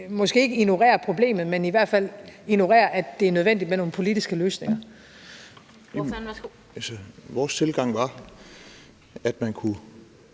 måske ikke ignorerer problemet, men i hvert fald ignorerer, at det er nødvendigt med nogle politiske løsninger. Kl. 16:20 Den fg.